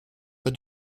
pas